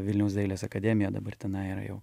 vilniaus dailės akademija dabar tenai yra jau